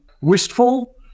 wistful